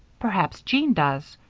perhaps jean does,